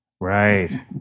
Right